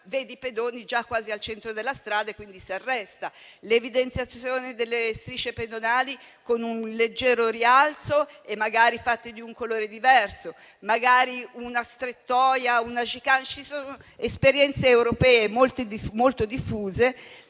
vede i pedoni già quasi al centro della strada e si arresta. Penso anche all'evidenziazione delle strisce pedonali con un leggero rialzo e magari fatte di un colore diverso, oppure a una strettoia o a una *chicane*. Ci sono esperienze europee molto diffuse.